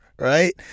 Right